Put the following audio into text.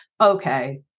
Okay